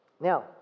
Now